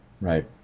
right